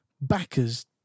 Backers